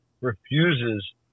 refuses